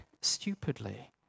stupidly